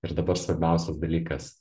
ir dabar svarbiausias dalykas